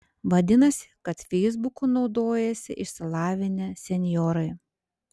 vadinasi kad feisbuku naudojasi išsilavinę senjorai